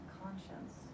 conscience